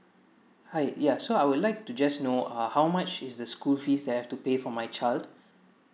hi yeah so I would like to just know uh how much is the school fees that I have to pay for my child